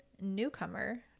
newcomer